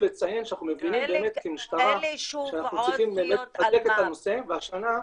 אלה, שוב, פניות אלמ"ב.